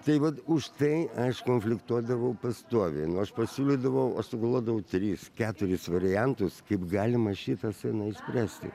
tai vat už tai aš konfliktuodavau pastoviai nu aš pasiūlydavau aš sugalvodavau tris keturis variantus kaip galima šitą sceną išspręsti